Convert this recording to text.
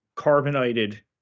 Carbonated